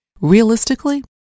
Realistically